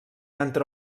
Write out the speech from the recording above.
entre